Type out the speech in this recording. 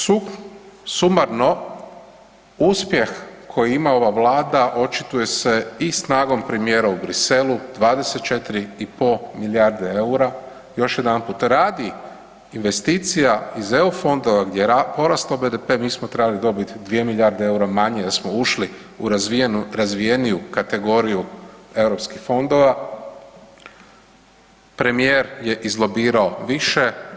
Sumarno uspjeh koji ima ova vlada očituje se i snagom premijera u Briselu 24,5 milijarde EUR-a, još jedanput radi investicija iz EU fondova gdje je porastao BDP mi smo trebali dobit 2 milijarde EUR-a manje da smo ušli u razvijenu, razvijeniju kategoriju europskih fondova, premijer je izlobirao više.